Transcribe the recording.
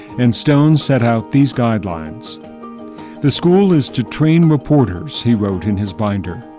and stone set out these guidelines the school is to train reporters he wrote in his binder.